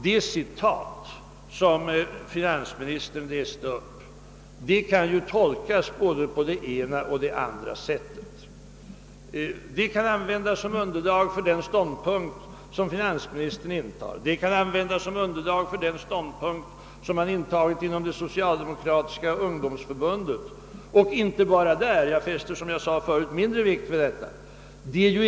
Det citat som finansministern läste upp om socialisering kan ju tolkas på både det ena och det andra sättet. Det kan användas som underlag för den ståndpunkt som finansministern intar men också som underlag för den ståndpunkt som man intagit inom det socialdemokratiska ungdomsförbundet — och inte bara där; jag fäster, som jag redan nämnt, mindre vikt vid det.